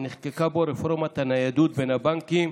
ונחקקה בו רפורמת הניידות בין בנקים,